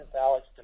Alex